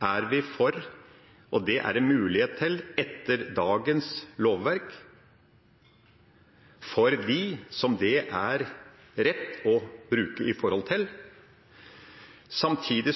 er det etter dagens lovverk mulighet til for dem det er rett å bruke det overfor. Samtidig: